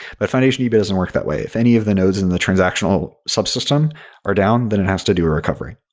but foundationdb doesn't work that way. if any of the nodes in the transactional subsystem are down, then it has to do a recovery.